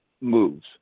moves